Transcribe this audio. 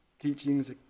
teachings